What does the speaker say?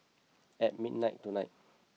at midnight tonight